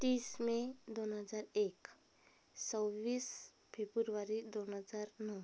तीस मे दोन हजार एक सव्वीस फेब्रुवारी दोन हजार नऊ